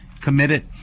committed